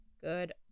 good